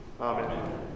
Amen